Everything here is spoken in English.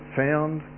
found